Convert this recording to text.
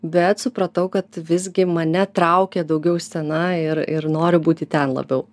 bet supratau kad visgi mane traukia daugiau scena ir ir noriu būti ten labiau